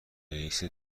رئیست